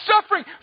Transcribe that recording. suffering